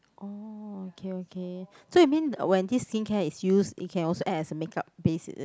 oh okay okay so you mean when this skincare is used it can also act as a make up base is it